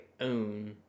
own